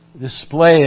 display